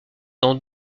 dans